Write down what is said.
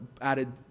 added